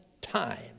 time